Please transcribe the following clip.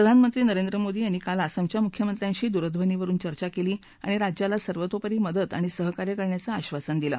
प्रधानमंत्री नरेंद्र मोदी यांनी काल आसामच्या मुख्यमंत्र्यांशी दूरध्वनी वरून चर्चा केली आणि राज्याला सर्वतोपरी मदत आणि सहकार्य करण्याचं आश्वासन दिल